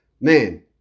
Man